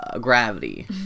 Gravity